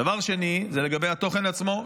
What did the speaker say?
דבר שני זה לגבי התוכן עצמו,